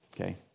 okay